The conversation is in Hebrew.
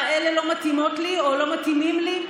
אלה לא מתאימות לי או לא מתאימים לי?